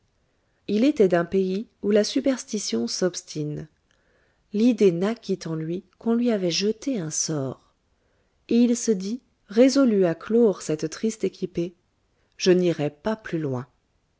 il était d'un pays où la superstition s'obstine l'idée naquit en lui qu'on lui avait jeté un sort et il se dit résolu à clore cette triste équipée je n'irai pas plus loin